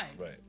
Right